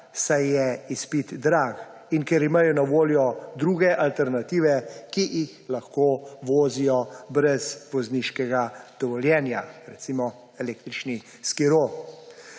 saj je izpit drag in ker imajo na voljo druge alternative, ki jih lahko vozijo brez vozniškega dovoljenja, recimo električni skiro.